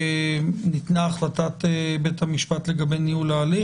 ניתנה החלטת בית המשפט לגבי ניהול ההליך?